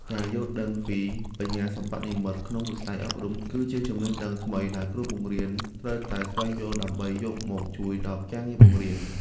ការយល់ដឹងពីបញ្ញាសិប្បនិម្មិតក្នុងវិស័យអប់រំគឺជាចំណេះដឹងថ្មីដែលគ្រូបង្រៀនត្រូវស្វែងយល់ដើម្បីយកមកជួយដល់ការងារបង្រៀន។